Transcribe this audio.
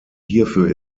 hierfür